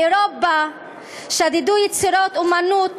באירופה שדדו יצירות אמנות